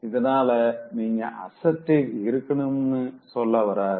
இதனால நீங்க அசர்ட்டிவா இருக்கணும்னு சொல்ல வராரு